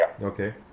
Okay